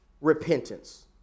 repentance